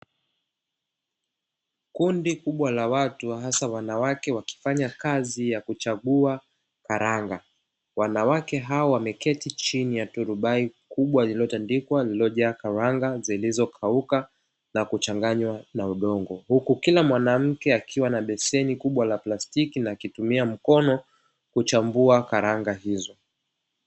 Kundi kubwa la watu, hasa wanawake, wakifanya kazi ya kuchagua karanga. Wanawake hao wameketi chini ya turubai kubwa lililotandikwa, lililojaa karanga zilizokauka na kuchanganywa na udongo, huku kila mwanamke akiwa na beseni kubwa la plastiki na kutumia mkono kuchambua karanga hizo.